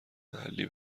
محلی